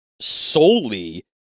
solely